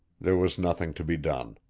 there was nothing to be done.